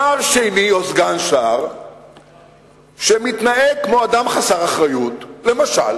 שר שני או סגן שר שמתנהג כמו אדם חסר אחריות, למשל